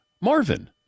Marvin